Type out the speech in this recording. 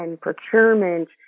procurement